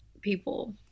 people